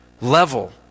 level